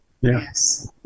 Yes